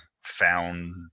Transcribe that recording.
found